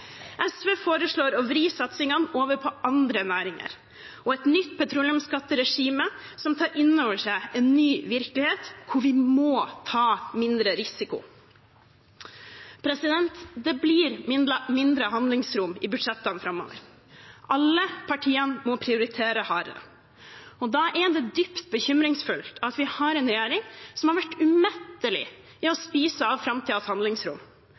SV foreslår å vri satsingene over på andre næringer og et nytt petroleumsskatteregime som tar inn over seg en ny virkelighet hvor vi må ta mindre risiko. Det blir mindre handlingsrom i budsjettene framover. Alle partiene må prioritere hardere. Da er det dypt bekymringsfullt at vi har en regjering som har vært umettelig i å spise av framtidens handlingsrom.